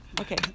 okay